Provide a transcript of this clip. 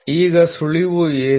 ಈಗ ಸುಳಿವು ಏನು